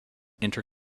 inter